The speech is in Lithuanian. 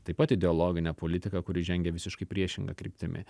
taip pat ideologine politika kuri žengia visiškai priešinga kryptimi